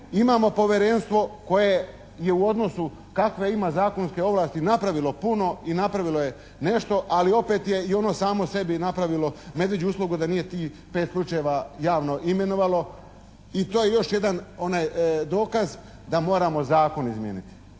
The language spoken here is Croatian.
Imamo povjerenstvo koje je u odnosu kakve ima zakonske ovlasti napravilo puno i napravilo je nešto ali opet je i ono samo sebi napravilo medvjeđu uslugu da nije tih pet slučajeva javno imenovalo i to je još jedan onaj dokaz da moramo zakon izmijeniti.